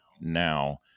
now